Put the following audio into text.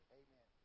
amen